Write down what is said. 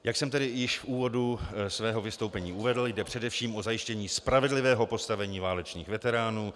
Jak jsem již v úvodu svého vystoupení uvedl, jde především o zajištění spravedlivého postavení válečných veteránů.